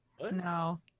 No